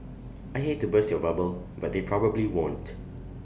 I hate to burst your bubble but they probably won't